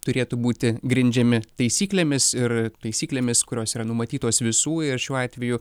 turėtų būti grindžiami taisyklėmis ir taisyklėmis kurios yra numatytos visų šiuo atveju